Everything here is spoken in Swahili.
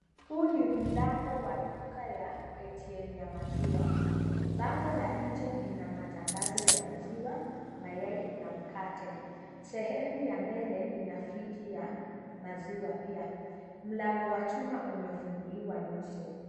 Huu ni mlango wa duka ya ATM ya maziwa. Bango la nje lina matangazo ya maziwa, mayai na mkate. Sehemu ya mbele ina friji ya maziwa pia. Mlango wa chuma umefunguliwa nusu.